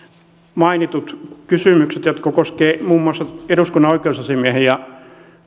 mainituista kysymyksistä jotka koskevat muun muassa eduskunnan oikeusasiamiehen ja